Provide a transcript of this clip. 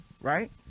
right